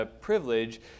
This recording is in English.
privilege